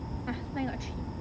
ah I thought three